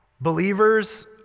Believers